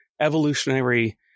evolutionary